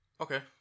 Okay